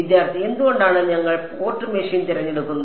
വിദ്യാർത്ഥി എന്തുകൊണ്ടാണ് ഞങ്ങൾ പോർട്ട് മെഷീൻ തിരഞ്ഞെടുക്കുന്നത്